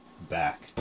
back